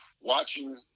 watching